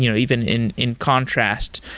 you know even in in contrast,